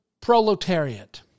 proletariat